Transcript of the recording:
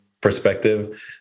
perspective